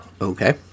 Okay